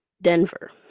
Denver